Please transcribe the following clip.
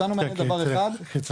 בדיוק,